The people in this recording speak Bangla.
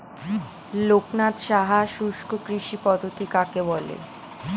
লোকনাথ সাহা শুষ্ককৃষি পদ্ধতি কাকে বলে?